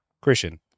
Christian